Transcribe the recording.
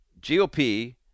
GOP